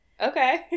Okay